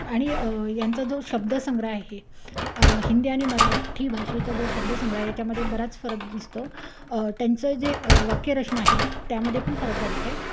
आणि यांचा जो शब्द संग्रह आहे हिंदी आणि मराठी भाषेचा जो शब्द संग्रह आहे याच्यामध्ये बराच फरक दिसतो त्यांचं जे वाक्यरचना आहे त्यामध्ये पण फरक वाटते